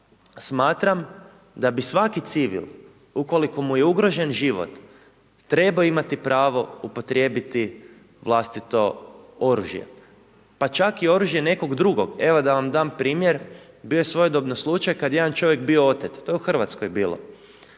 Smatram da bi svaki civil ukoliko mu je ugrožen život trebao imati pravo upotrijebiti vlastito oružje. Pa čak i oružje nekog drugog. Evo, da vam dam primjer, bio je svojedobno slučaj kad je jedan čovjek bio otet. To je u Hrvatskoj bilo.